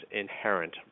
inherent